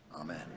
Amen